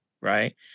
Right